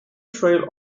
trail